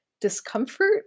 discomfort